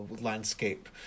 landscape